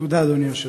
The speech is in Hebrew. אדוני היושב-ראש,